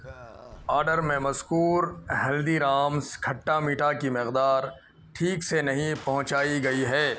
order میں مذکور Haldiram's کھٹا میٹھا کی مقدار ٹھیک سے نہیں پہنچائی گئی ہے